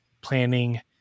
planning